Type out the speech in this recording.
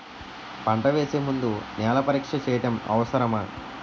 పంట వేసే ముందు నేల పరీక్ష చేయటం అవసరమా?